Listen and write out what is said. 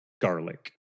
garlic